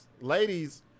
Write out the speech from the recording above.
Ladies